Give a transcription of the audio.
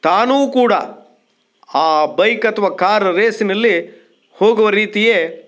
ತಾನೂ ಕೂಡ ಆ ಬೈಕ್ ಅಥವಾ ಕಾರ್ ರೇಸಿನಲ್ಲಿ ಹೋಗೋ ರೀತಿಯೇ